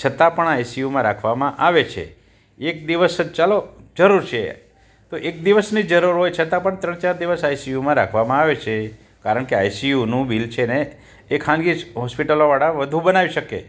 છતાં પણ આઇસિયુમાં રાખવામાં આવે છે એક દિવસ જ ચાલો જરૂર છે તો એક દિવસની જ જરૂર હોય છતાં પણ ત્રણ ચાર દિવસ આઇસિયુમાં રાખવામાં આવે છે કારણ કે આઇસિયુનું બિલ છે ને એ ખાનગી હોસ્પિટલોવાળા વધુ બનાવી શકે